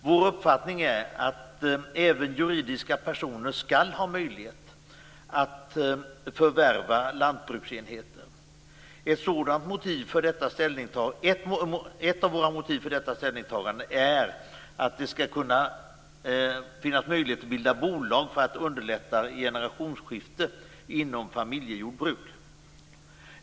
Vår uppfattning är att även juridiska personer skall ha möjlighet att förvärva lantbruksenheter. Ett av våra motiv för detta ställningstagande är att det skall finnas möjlighet att bilda bolag för att underlätta generationsskiften inom familjejordbruk.